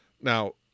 Now